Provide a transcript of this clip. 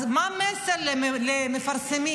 אז מה המסר למפרסמים?